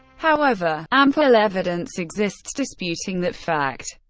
however, ample evidence exists disputing that fact,